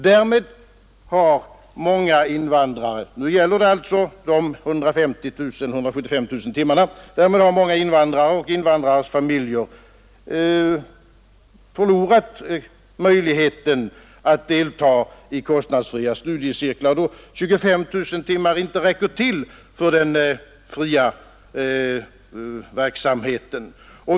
Därmed har många invandrare — jag talar alltså här om de senast tillkomna 175 000 timmarna — och invandrarfamiljer förlorat möjligheten att delta i kostnadsfria studiecirklar, eftersom 25 000 timmar inte räcker till för den fria verksamheten.